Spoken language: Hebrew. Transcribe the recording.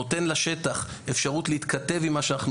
נותן לשטח אפשרות להתכתב עם מה שאנחנו